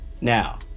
Now